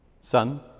son